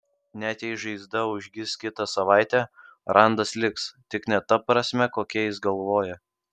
net jei žaizda užgis kitą savaitę randas liks tik ne ta prasme kokia jis galvoja